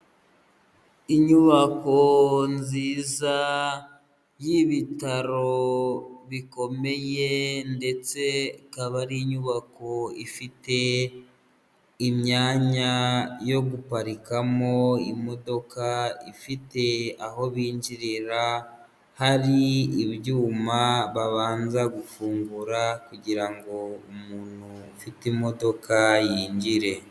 Inyubako nziza y'ibitaro bikomeye ndetse ikaba ari inyubako ifite imyanya yo guparikamo imodoka, ifite aho binjirira hari ibyuma babanza gufungura kugirango umuntu ufite imodoka yinjire.